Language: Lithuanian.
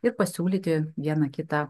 ir pasiūlyti vieną kitą